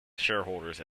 shareholders